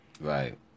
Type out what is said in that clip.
right